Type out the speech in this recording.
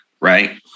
Right